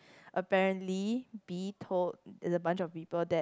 apparently B told the bunch of people that